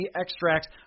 extracts